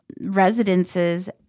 residences